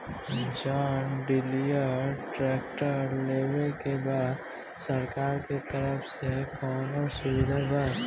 John Deere tractor लेवे के बा सरकार के तरफ से कौनो सुविधा बा?